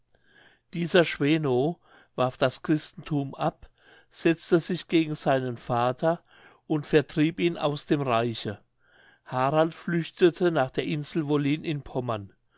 dieser schweno warf das christentum ab setzte sich gegen seinen vater und vertrieb ihn aus dem reiche harald flüchtete nach der insel wollin in pommern